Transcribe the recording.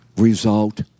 result